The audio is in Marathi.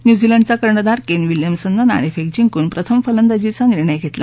न्यूझीलंडचा कर्णधार केन विलयमसननं नाणेफेक जिंकून प्रथम फलंदाजीचा निर्णय घेतला